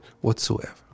whatsoever